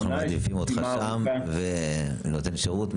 אנחנו מעדיפים אותך שם כנותן שירות,